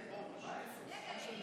פנקס שכר,